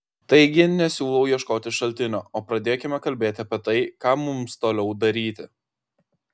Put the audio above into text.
taigi nesiūlau ieškoti šaltinio o pradėkime kalbėti apie tai ką mums toliau daryti